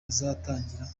bazatangira